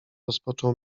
rozpoczął